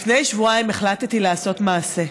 לפני שבועיים החלטתי לעשות מעשה.